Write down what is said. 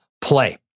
play